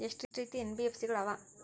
ಎಷ್ಟ ರೇತಿ ಎನ್.ಬಿ.ಎಫ್.ಸಿ ಗಳ ಅವ?